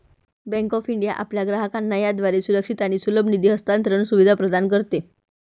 bank of India आपल्या ग्राहकांना याद्वारे सुरक्षित आणि सुलभ निधी हस्तांतरण सुविधा प्रदान करते